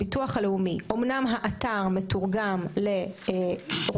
הביטוח הלאומי: האתר אומנם מתורגם לרוסית,